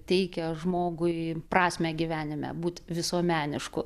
teikia žmogui prasmę gyvenime būt visuomenišku